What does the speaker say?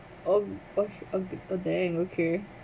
oh oh a bank okay